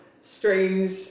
strange